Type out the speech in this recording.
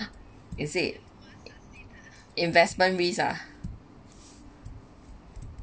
is it investment risk ah